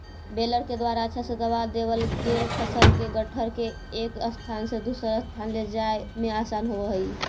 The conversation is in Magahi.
बेलर के द्वारा अच्छा तरह से दबा देवल गेल फसल के गट्ठर के एक स्थान से दूसर स्थान ले जाए में आसान होवऽ हई